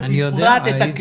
בפרט את הכניסה.